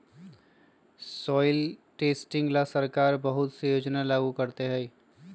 soil testing ला सरकार बहुत से योजना लागू करते हई